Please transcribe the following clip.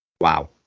Wow